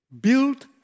build